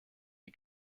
die